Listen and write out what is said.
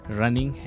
running